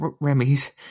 remy's